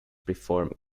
perform